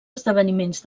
esdeveniments